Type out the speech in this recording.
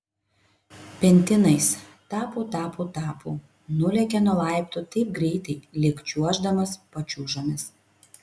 pentinais tapu tapu tapu nulėkė nuo laiptų taip greitai lyg čiuoždamas pačiūžomis